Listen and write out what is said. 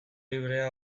librea